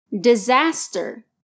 Disaster